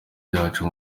byacu